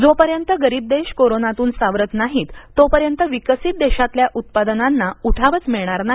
जोपर्यंत गरीब देश कोरोनातून सावरत नाहित तोपर्यंत विकसित देशांतल्या उत्पादनांना उठावच भिळणार नाही